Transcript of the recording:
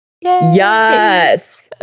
Yes